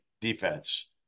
defense